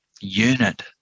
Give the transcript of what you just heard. unit